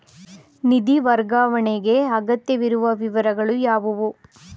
ನಿಧಿ ವರ್ಗಾವಣೆಗೆ ಅಗತ್ಯವಿರುವ ವಿವರಗಳು ಯಾವುವು?